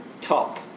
top